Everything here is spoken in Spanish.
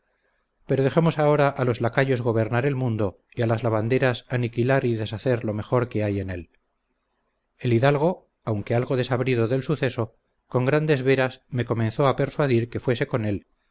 pero dejemos ahora a los lacayos gobernar el mundo y a las lavanderas aniquilar y deshacer lo mejor que hay en él el hidalgo aunque algo desabrido del suceso con grandes veras me comenzó a persuadir que fuese con él